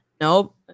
Nope